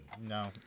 no